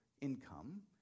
income